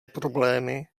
problémy